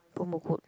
promo code